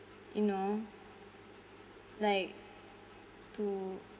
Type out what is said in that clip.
you know like to